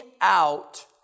out